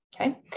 Okay